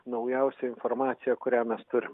naujausia informacija kurią mes turim